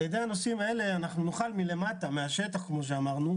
על ידי זה אנחנו נוכל מלמטה, מן השטח, למנוע